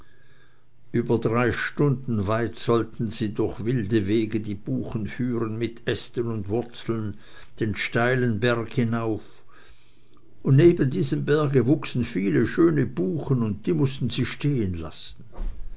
über drei stunden weit sollten sie durch wilde wege die buchen führen mit ästen und wurzeln den steilen berg hinauf und neben diesem berge wuchsen viele und schöne buchen und die mußten sie stehen lassen